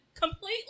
completely